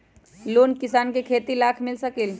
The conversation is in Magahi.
लोन किसान के खेती लाख मिल सकील?